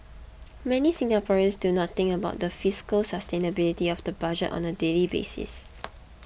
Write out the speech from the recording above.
many Singaporeans do not think about the fiscal sustainability of the budget on a daily basis